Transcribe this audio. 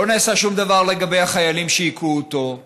לא נעשה שום דבר לגבי החיילים שהכו אותו.